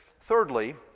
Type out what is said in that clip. thirdly